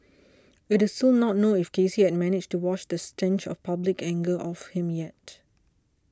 it is still not known if Casey had managed to wash the stench of public anger off him yet